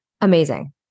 Amazing